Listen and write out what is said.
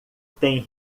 tem